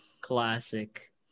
Classic